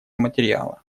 материала